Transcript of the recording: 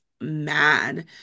mad